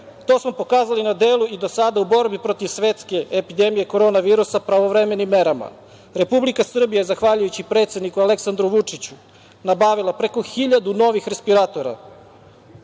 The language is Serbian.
To smo pokazali na delu i do sada u borbi protiv svetske epidemije korona virusa pravovremenim merama. Republika Srbija zahvaljujući predsedniku Aleksandru Vučiću nabavila je preko 1.000 novih respiratora,